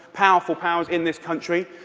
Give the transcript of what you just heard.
powerful powers, in this country.